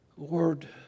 Lord